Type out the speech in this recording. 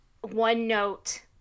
one-note